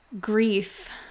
grief